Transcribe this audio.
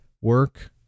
work